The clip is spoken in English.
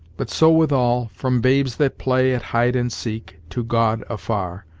but so with all, from babes that play at hide-and-seek to god afar,